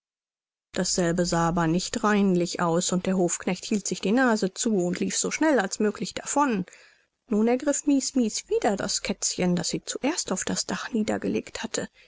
dasselbe sah aber nicht reinlich aus und der hofknecht hielt sich die nase zu und lief so schnell als möglich davon nun ergriff mies mies wieder das kätzchen das sie zuerst auf das dach niedergelegt hatte